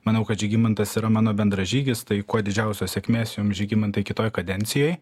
manau kad žygimantas yra mano bendražygis tai kuo didžiausios sėkmės jums žygimantai kitoj kadencijoj